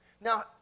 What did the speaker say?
Now